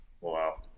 Wow